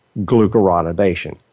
glucuronidation